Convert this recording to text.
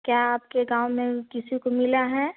क्या आपके गाँव में किसी को मिला है